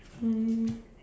um